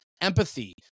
empathy